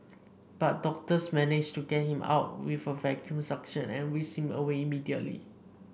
but doctors managed to get him out with a vacuum suction and whisked him away immediately